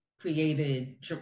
created